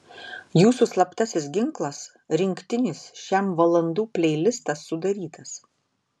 jūsų slaptasis ginklas rinktinis šem valandų pleilistas sudarytas